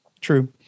True